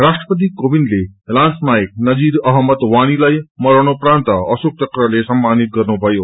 राष्ट्रपति कोविन्दले लान्स नायक नजीर अहमद वानीलाई मरणोप्रान्त अशोक चक्रले सम्मानित गर्नुभयो